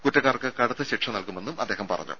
കുറ്റക്കാർക്ക് കടുത്ത ശിക്ഷ നൽകുമെന്നും അദ്ദേഹം പറഞ്ഞു